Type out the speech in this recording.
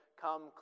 come